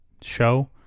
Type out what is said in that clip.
show